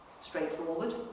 straightforward